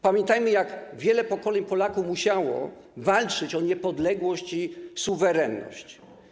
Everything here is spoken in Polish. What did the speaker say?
Pamiętajmy, jak wiele pokoleń Polaków musiało walczyć o niepodległość i suwerenność.